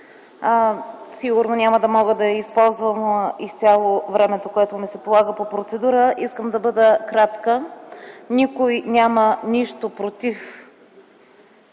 Сигурно няма да мога да използвам изцяло времето, което ми се полага по процедура, искам да бъда кратка. Никой няма нищо против